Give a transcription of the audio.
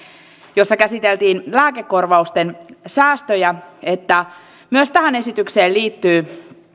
jossa käsiteltiin lääkekorvausten säästöjä että myös tähän esitykseen liittyy